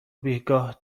بیگاه